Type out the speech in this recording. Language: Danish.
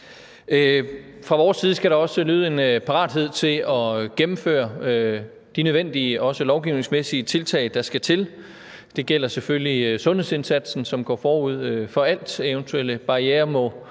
Fra vores side skal også lyde en parathed til at gennemføre de nødvendige, også lovgivningsmæssige tiltag, der skal til. Det gælder selvfølgelig sundhedsindsatsen, som går forud for alt, og eventuelle barrierer